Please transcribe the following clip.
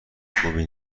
خوبی